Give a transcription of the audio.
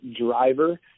driver